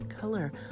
color